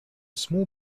small